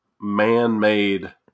man-made